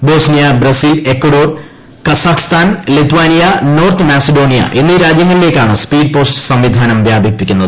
Bosnia Brazil Ecuador Kazakhstan Lithuania North Macedonia എന്നീ രാജ്യങ്ങളിലേക്കാണ് speed post സംവിധാനം വ്യാപിപ്പിക്കുന്നത്